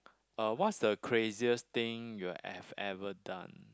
uh what's the craziest thing you have ever done